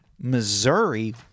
Missouri